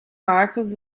marcus